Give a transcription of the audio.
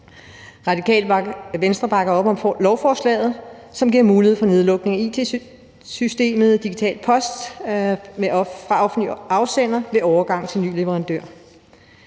Radikale Venstre bakker op om lovforslaget, som giver mulighed for nedlukning af it-systemet Digital Post ved overgangen til en ny leverandør.